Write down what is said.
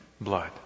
blood